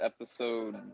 episode